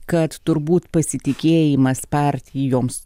kad turbūt pasitikėjimas partijoms